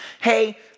hey